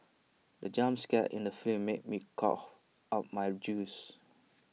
the jump scare in the film made me cough out my juice